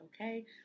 okay